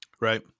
Right